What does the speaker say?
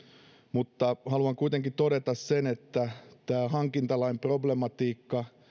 mutta haluan kuitenkin todeta sen että tämän hankintalain problematiikka